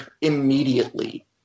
immediately